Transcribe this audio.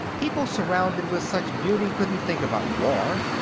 people surrounded with such beauty couldn't think about war.